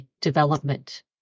development